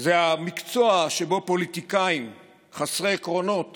זה המקצוע שבו פוליטיקאים חסרי עקרונות